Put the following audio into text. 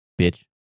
Bitch